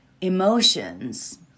emotions